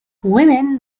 women